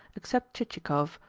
except chichikov,